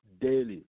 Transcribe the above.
daily